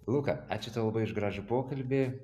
luka ačiū tau labai už gražų pokalbį